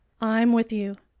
i'm with you.